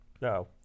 No